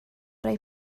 rhoi